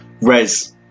Res